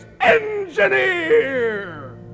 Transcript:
engineer